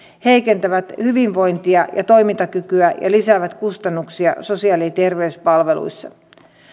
heikentävät hyvinvointia ja toimintakykyä ja lisäävät kustannuksia sosiaali ja terveyspalveluissa